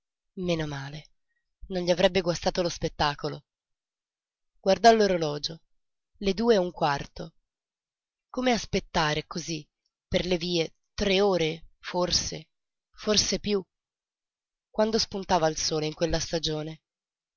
non gli avrebbe guastato lo spettacolo guardò l'orologio le due e un quarto come aspettar cosí per le vie tre ore forse forse piú quando spuntava il sole in quella stagione